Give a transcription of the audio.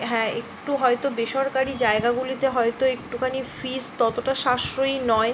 হ্যাঁ একটু হয়তো বেসরকারি জায়গাগুলিতে হয়তো একটুখানি ফিজ ততটা সাশ্রয়ী নয়